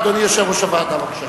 אדוני יושב-ראש הוועדה, בבקשה.